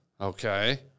Okay